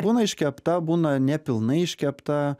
būna iškepta būna ne pilnai iškepta